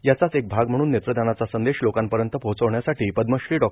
याचाच एक भाग म्हणून नेत्रदानाचा संदेश लोकांपर्यंत पोहोचण्यासाठी पद्मश्री डॉ